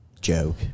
joke